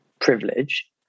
privilege